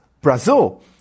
Brazil